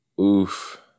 Oof